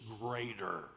greater